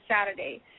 Saturday